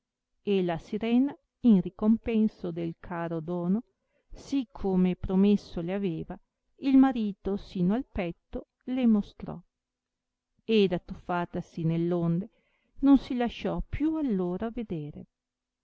e la sirena in ricompenso del caro dono sì come promesso le aveva il marito sino al petto le mostrò ed attuffatasi nell onde non si lasciò più allora vedere